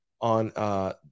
on